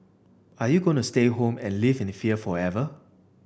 are you going to stay home and live in fear forever